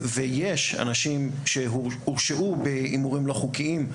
יש אנשים בתוך הכדורגל שהורשעו בהימורים לא חוקיים.